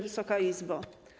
Wysoka Izbo!